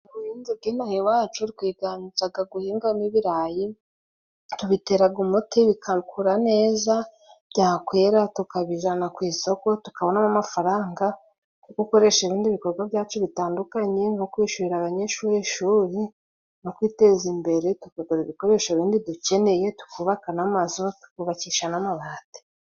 Ubuhinzi bw'inaha iwacu bwiganzaga guhingamo ibirayi. Tubiteraga umuti bigakura neza, byakwera tukabijana ku isoko tukabonamo amafaranga go gukoresha ibindi bikorwa byacu bitandukanye: nko kwishyurira abanyeshuri, ishuri no kwiteza imbere tukagura ibikoresho bindi dukeneye, tukubakana n'amazu tukubakisha n'amabati.